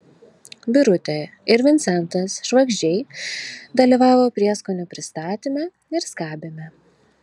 birutė ir vincentas švagždžiai dalyvavo prieskonių pristatyme ir skabyme